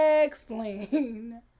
explain